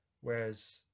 whereas